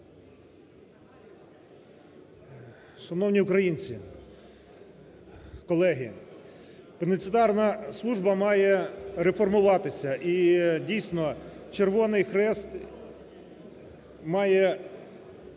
Шановні українці, колеги! Пенітенціарна служба має реформуватися і дійсно Червоний Хрест має